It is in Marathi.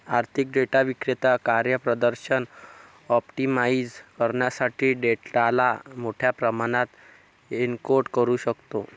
आर्थिक डेटा विक्रेता कार्यप्रदर्शन ऑप्टिमाइझ करण्यासाठी डेटाला मोठ्या प्रमाणात एन्कोड करू शकतो